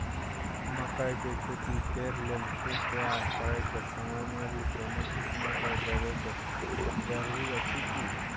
मकई के खेती कैर लेल खेत तैयार करैक समय मे भी कोनो कीटनासक देबै के जरूरी अछि की?